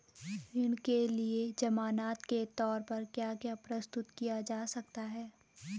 ऋण के लिए ज़मानात के तोर पर क्या क्या प्रस्तुत किया जा सकता है?